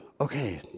Okay